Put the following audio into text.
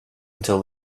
until